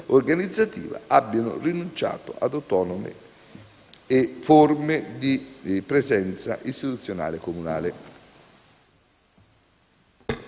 abbiano rinunciato ad autonome forme di presenza istituzionale comunale.